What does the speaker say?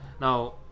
now